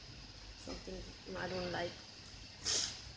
something you know I don't like